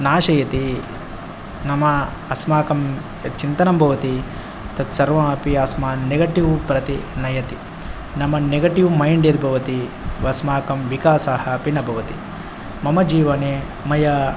नाशयति नाम अस्माकं यत् चिन्तनं भवति तत्सर्वम् अपि अस्मान् नेगटिव् प्रति नयति नाम नेगटिव् मैण्ड् यद् भवति अस्माकं विकासः अपि न भवति मम जीवने मया